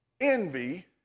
envy